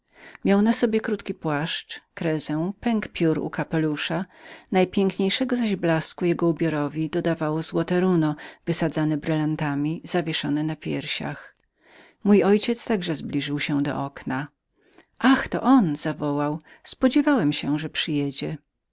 miał na sobie krótki płaszcz kryzę pióro u kapelusza największego zaś blasku jego ubiorowi dodawało złote runo wysadzone djamentami zawieszone na piersiach mój ojciec także zbliżył się do okna ach to on zawołał spodziewałem się że przyjedzie